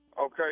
Okay